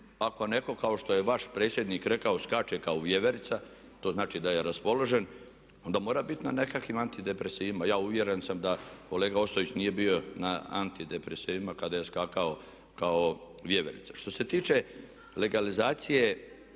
ako netko kao što je vaš predsjednik rekao skače kao vjeverica, to znači da je raspoložen, onda mora biti na nekakvim antidepresivima. Ja uvjeren sam da kolega Ostojić nije bio na antidepresivima kada je skakao kao vjeverica. Što se tiče legalizacije